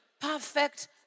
perfect